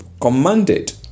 commanded